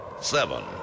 seven